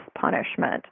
punishment